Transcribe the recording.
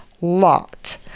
lot